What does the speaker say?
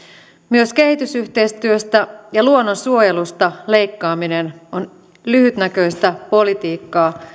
myös kehitysyhteistyöstä ja luonnonsuojelusta leikkaaminen on lyhytnäköistä politiikkaa